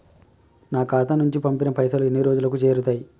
నా ఖాతా నుంచి పంపిన పైసలు ఎన్ని రోజులకు చేరుతయ్?